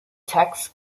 texts